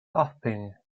nothing